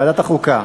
ועדת החוקה.